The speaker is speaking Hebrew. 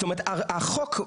החוק,